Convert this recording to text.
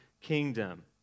kingdom